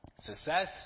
success